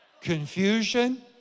confusion